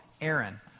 Aaron